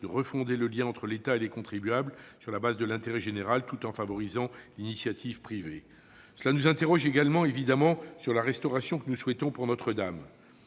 de refonder le lien entre l'État et les contribuables, sur la base de l'intérêt général, tout en favorisant l'initiative privée. Cela nous conduit évidemment à nous interroger également sur la restauration que nous souhaitons pour Notre-Dame.